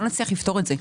לא נצליח לפתור את זה.